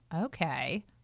okay